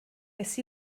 nes